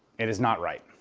it is not right.